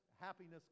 happiness